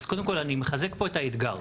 אז קודם כל אני מחזק פה את האתגר,